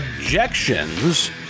objections